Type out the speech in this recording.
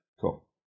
Cool